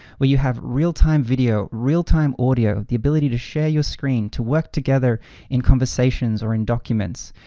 where you have real-time video, real-time audio, the ability to share your screen, to work together in conversations or in documents.